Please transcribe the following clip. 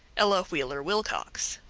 ella wheeler wilcox